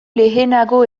lehenago